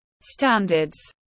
standards